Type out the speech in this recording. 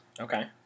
Okay